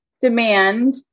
demand